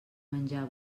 menjar